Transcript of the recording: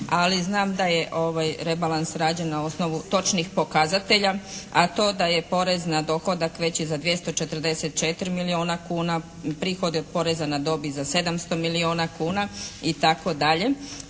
ali znam da je rebalans rađen na osnovu točnih pokazatelja a to da je porez na dohodak veći za 244 milijuna kuna, prihodi od poreza na dobit za 700 milijuna kuna itd.,